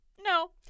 no